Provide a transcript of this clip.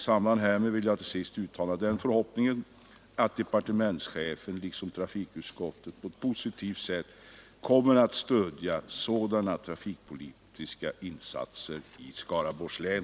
Jag vill till sist uttala förhoppningen att departementschefen liksom trafikutskottet på ett positivt sätt kommer att stödja sådana här trafikpolitiska insatser i Skaraborgs län.